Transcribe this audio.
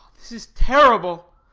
this is terrible.